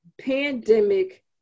pandemic